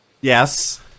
yes